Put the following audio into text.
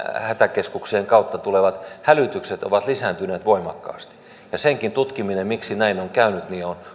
hätäkeskuksen kautta tulevat hälytykset ovat lisääntyneet voimakkaasti senkin tutkiminen miksi näin on käynyt